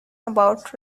about